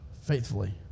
faithfully